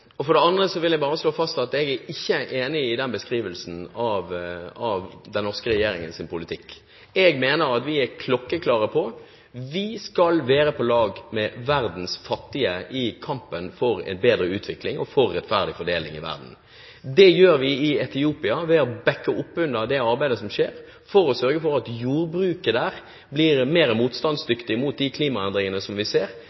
For det andre vil jeg slå fast at jeg ikke er enig i beskrivelsen av den norske regjeringens politikk. Jeg mener at vi er kokkeklare på at vi skal være på lag med verdens fattige i kampen for en bedre utvikling og rettferdig fordeling i verden. Det gjør vi i Etiopia ved å bakke opp under det arbeidet som sørger for at jordbruket der blir mer motstandsdyktig mot de klimaendringene vi ser.